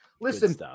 Listen